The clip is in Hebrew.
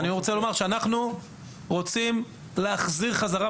אנחנו רוצים להחזיר חזרה,